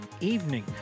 evening